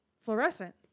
fluorescent